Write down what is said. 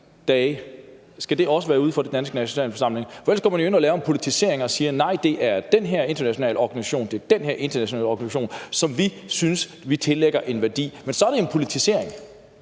Skal det også være uden for den danske nationalforsamling? For ellers går man jo ind og laver en politisering og siger: Nej, det er den her internationale organisation, som vi tillægger en værdi. Men så er det en politisering.